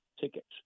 tickets